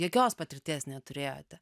jokios patirties neturėjote